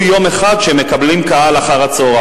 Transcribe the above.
יום אחד שהן מקבלות בו קהל אחר-הצהריים.